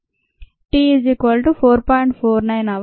5ln 40